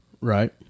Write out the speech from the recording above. Right